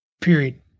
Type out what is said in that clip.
Period